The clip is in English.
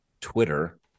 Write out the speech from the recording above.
Twitter